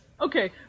okay